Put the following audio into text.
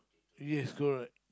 yes correct